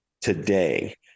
today